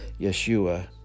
yeshua